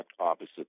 opposite